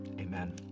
Amen